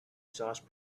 sauce